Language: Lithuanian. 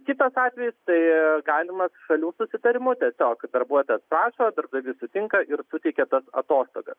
kitas atvejis tai galimas šalių susitarimu tiesiog darbuotojas prašo darbdavys sutinka ir suteikia tas atostogas